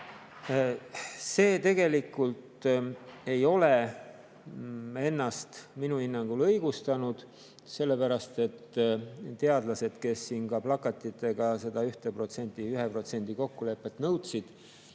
See tegelikult ei ole ennast minu hinnangul õigustanud. Sellepärast, et teadlased, kes siin plakatitega seda 1% kokkulepet nõudsid,